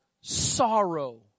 sorrow